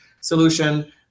solution